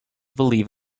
believe